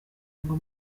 ngo